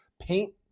paint